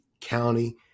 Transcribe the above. County